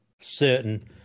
certain